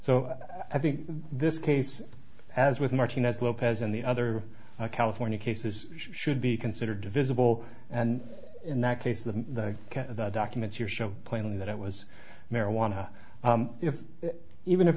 so i think this case as with martinez lopez and the other california cases should be considered visible and in that case the documents your show plainly that it was marijuana if even if